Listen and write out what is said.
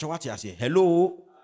hello